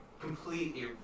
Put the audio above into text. completely